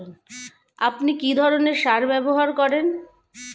আপনি কী ধরনের সার ব্যবহার করেন?